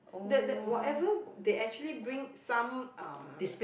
that that whatever they actually bring some um